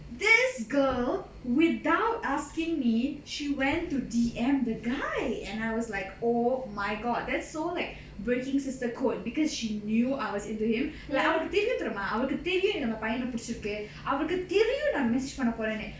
this girl without asking me she went to D_M the guy and I was like oh my god that's so like breaking sister code because she knew I was into him like I would அவளுக்கு தெரியும் அவளுக்கு தெரியும் எனக்கு அந்த பையன புடிச்சிருக்கு அவளுக்கு தெரியும் நா:avalukku theriyum avalukku theriyum enakku andha payyana pudichirukku avalukku theriyum naa message பண்ணபோறேனு:pannaporenu